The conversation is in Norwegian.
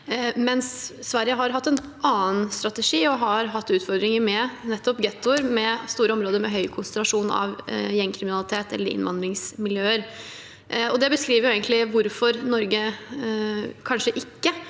man i Sverige har hatt en annen strategi og har hatt utfordringer med nettopp gettoer – store områder med høy konsentrasjon av gjengkriminalitet eller innvandringsmiljøer. Det beskriver egentlig hvorfor Norge kanskje ikke